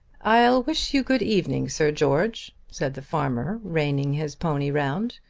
i'll wish you good evening, sir george, said the farmer, reining his pony round.